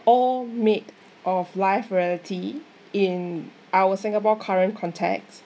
all made of life reality in our singapore current context